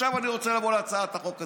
עכשיו אני רוצה לעבור להצעת החוק הזו.